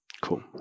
Cool